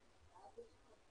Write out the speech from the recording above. משכנעים.